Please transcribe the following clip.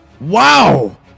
Wow